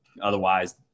otherwise